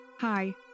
Hi